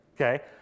okay